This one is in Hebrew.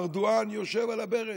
ארדואן יושב על הברז,